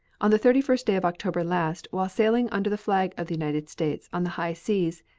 on the thirty first day of october last, while sailing under the flag of the united states on the high seas,